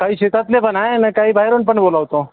काही शेतातले पण आहे आणि काही बाहेरून पण बोलावतो